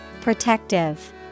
Protective